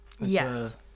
yes